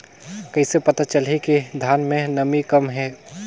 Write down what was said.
कइसे पता चलही कि धान मे नमी कम हे?